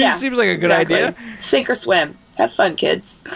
yeah seems like a good idea sink or swim. that fun kids